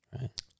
Right